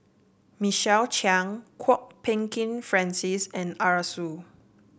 Michael Chiang Kwok Peng Kin Francis and Arasu